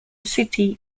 city